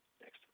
next